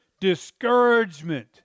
discouragement